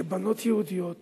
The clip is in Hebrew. שבנות יהודיות